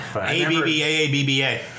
A-B-B-A-A-B-B-A